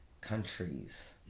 countries